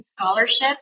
scholarships